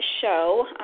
show